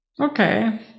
Okay